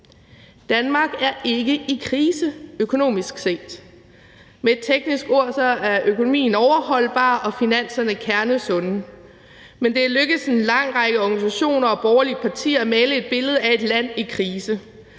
Danmark er ikke i krise økonomisk set. Med et teknisk ord er økonomien overholdbar og finanserne kernesunde, men det er lykkedes en lang række organisationer og borgerlige partier at male et billede af et land i krise.